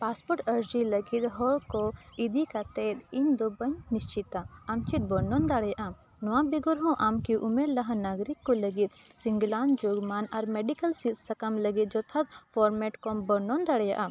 ᱟᱹᱨᱤᱡᱤ ᱞᱟᱹᱜᱤᱫ ᱦᱚᱲᱠᱚ ᱤᱫᱤ ᱠᱟᱛᱮᱫ ᱤᱧᱫᱚ ᱵᱟᱹᱧ ᱱᱤᱥᱪᱤᱛᱟ ᱟᱢ ᱪᱮᱫ ᱵᱚᱨᱱᱚᱱ ᱫᱟᱲᱮᱭᱟᱜ ᱟᱢ ᱱᱚᱣᱟ ᱵᱮᱜᱚᱨ ᱦᱚᱸ ᱟᱢ ᱠᱤ ᱩᱢᱮᱨ ᱞᱟᱦᱟ ᱱᱟᱜᱚᱨᱤᱠ ᱠᱚ ᱞᱟᱹᱜᱤᱫ ᱥᱤᱜᱞᱟᱹᱱ ᱡᱳᱜᱽᱢᱟᱱ ᱟᱨ ᱥᱤᱫ ᱥᱟᱠᱟᱢ ᱞᱟᱹᱜᱤᱫ ᱟᱨ ᱡᱚᱛᱷᱟᱛ ᱠᱚᱢ ᱵᱚᱨᱱᱚᱱ ᱫᱟᱲᱮᱭᱟᱜᱼᱟ